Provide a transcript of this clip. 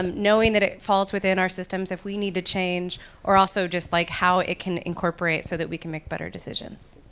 knowing that it falls within our systems if we need to change or also just like how it can incorporate so that we can make better decisions.